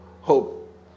Hope